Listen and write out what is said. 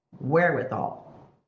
wherewithal